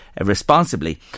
responsibly